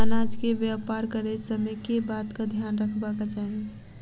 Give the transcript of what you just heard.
अनाज केँ व्यापार करैत समय केँ बातक ध्यान रखबाक चाहि?